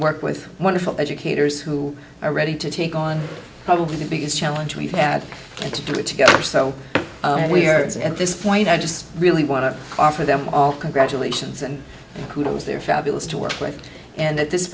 work with wonderful educators who are ready to take on probably the biggest challenge we've had and to do it together so we're it's at this point i just really want to offer them all congratulations and who knows they're fabulous to work with and at this